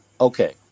okay